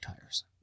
tires